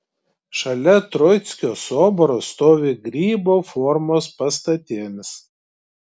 šalia troickio soboro stovi grybo formos pastatėlis